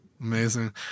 Amazing